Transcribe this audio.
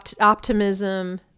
Optimism